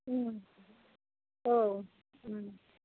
औ